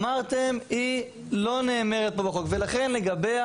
אמרתם שהיא לא נאמרת פה בחוק ולכן לגביה